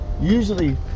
usually